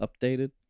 updated